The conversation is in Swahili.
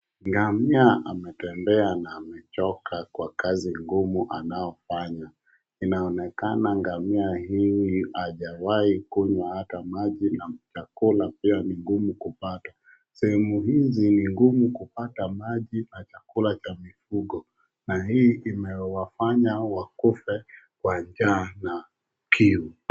Ngamia ametembea na amechoka kwa kazi ngumu anayofanya, inaonekana ngamia hii hajawahi kunywa hata maji na chakula pia ni ngumu kupata. Sehemu hizi ni ngumu kupata maji na chakula cha mifugo na hii imewafanya wakufe kwa njaa na kiu.